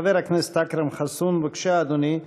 חבר הכנסת אכרם חסון, בבקשה, אדוני.